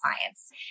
clients